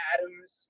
Adams